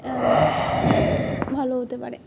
ভালো হতে পারে